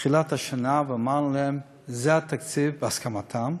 בתחילת השנה ואמרנו להם: זה התקציב, בהסכמתם,